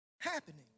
happening